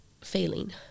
failing